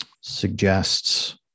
suggests